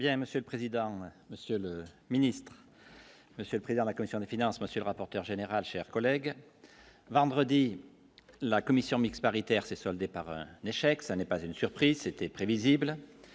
Monsieur le président, Monsieur le Ministre, Monsieur le Président, la commission des finances, monsieur le rapporteur général, chers collègues, vendredi, la commission mixte paritaire s'est soldée par des chèques, ça n'est pas une surprise, c'était prévisible